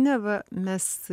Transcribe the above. neva mes